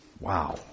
Wow